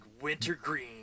Wintergreen